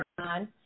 on